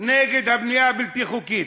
נגד הבנייה הבלתי-חוקית.